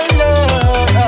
love